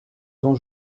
dont